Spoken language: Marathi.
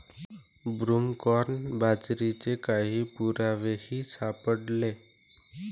ब्रूमकॉर्न बाजरीचे काही पुरावेही सापडले